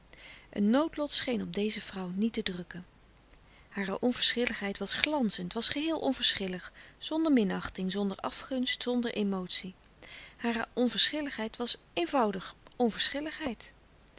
een noodlot scheen op deze vrouw niet te drukken hare onverschilligheid was glanzend was geheel onverschillig zonder minachting zonder afgunst zonder emotie hare onverschilligheid was eenvoudig onverschilligheid